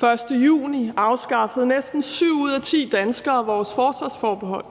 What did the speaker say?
Den 1. juni afskaffede næsten syv ud af ti danskere vores forsvarsforbehold.